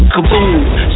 Kaboom